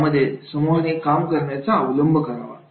यामध्ये समूहाने काम करण्याचे अवलंब करावा